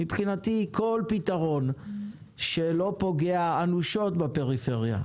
מבחינתי כל פתרון הוא פתרון שלא פוגע אנושות בפריפריה.